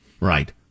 Right